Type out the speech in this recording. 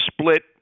split